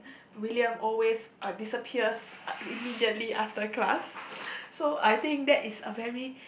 William always uh disappears immediately after class so I think that is a very